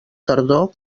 tardor